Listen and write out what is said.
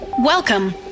Welcome